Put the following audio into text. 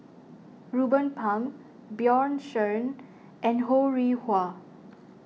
Ruben Pang Bjorn Shen and Ho Rih Hwa